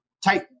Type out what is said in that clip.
take